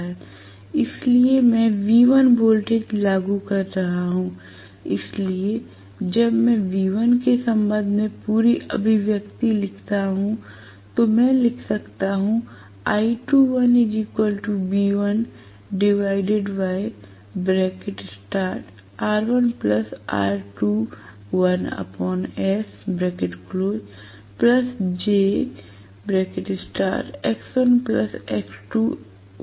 इसलिए मैं V1 voltage लागू कर रहा हूं इसलिए जब मैं V1 के संबंध में पूरी अभिव्यक्ति लिखता हूं तो मैं लिख सकता हूं